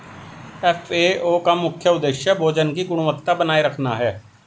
FAO का मुख्य उदेश्य भोजन की गुणवत्ता बनाए रखना है